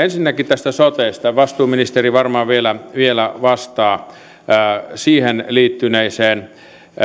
ensinnäkin tästä sotesta vastuuministeri varmaan vielä vielä vastaa siihen liittyneisiin